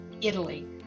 Italy